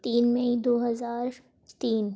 تین مئی دو ہزار تین